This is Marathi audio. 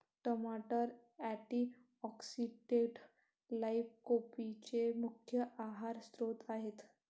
टमाटर अँटीऑक्सिडेंट्स लाइकोपीनचे मुख्य आहार स्त्रोत आहेत